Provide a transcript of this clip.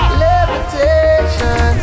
levitation